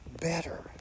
better